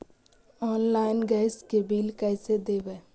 Online gas के bill कैसे देबै?